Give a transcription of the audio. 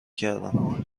کردم